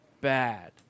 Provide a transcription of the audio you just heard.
bad